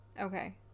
Okay